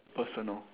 personal